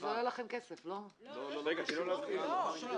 לא שמעתי.